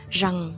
rằng